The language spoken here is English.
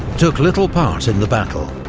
took little part in the battle,